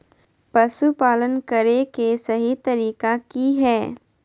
पशुपालन करें के सही तरीका की हय?